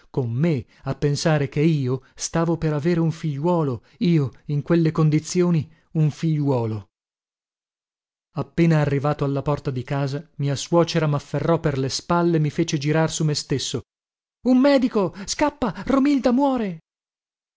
con me a pensare che io stavo per avere un figliuolo io in quelle condizioni un figliuolo appena arrivato alla porta di casa mia suocera mafferrò per le spalle e mi fece girar su me stesso un medico scappa romilda muore